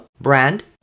brand